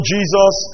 Jesus